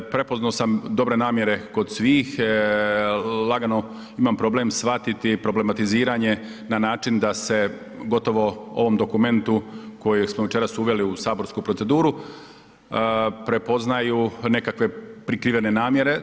Prepozno sam dobre namjere kod svih, lagano imam problem shvatiti problematiziranje na način da se gotovo ovom dokumentu kojeg smo večeras uveli u saborsku proceduru prepoznaju nekakve prikrivane namjere.